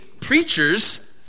preachers